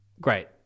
great